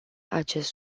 acest